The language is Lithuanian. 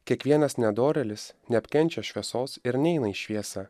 kiekvienas nedorėlis neapkenčia šviesos ir neina į šviesą